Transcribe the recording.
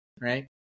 right